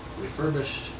refurbished